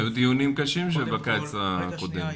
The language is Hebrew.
היו דיונים קשים בקיץ הקודם.